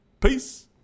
Peace